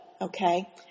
Okay